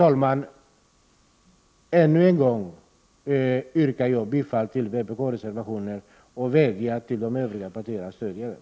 Jag yrkar ännu en gång bifall till vpk:s reservation och vädjar till de övriga partierna att stödja denna.